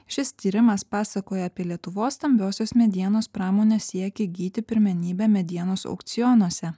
šis tyrimas pasakoja apie lietuvos stambiosios medienos pramonės siekį įgyti pirmenybę medienos aukcionuose